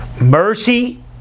Mercy